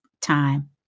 time